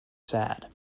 sad